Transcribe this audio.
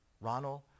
Ronald